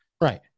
Right